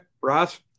Ross